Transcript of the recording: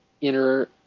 inner